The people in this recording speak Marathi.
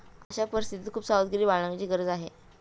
अशा परिस्थितीत खूप सावधगिरी बाळगण्याची गरज आहे